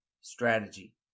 strategy